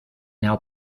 now